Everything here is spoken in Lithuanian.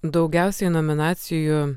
daugiausiai nominacijų